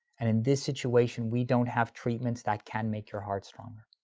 and and this situation we don't have treatments that can make your heart stronger.